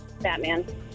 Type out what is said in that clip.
Batman